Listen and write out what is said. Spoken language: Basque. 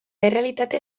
errealitate